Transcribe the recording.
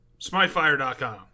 smitefire.com